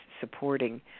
supporting